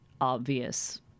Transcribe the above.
obvious